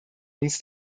uns